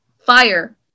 fire